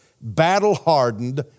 battle-hardened